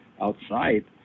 outside